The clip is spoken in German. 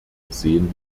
gesehen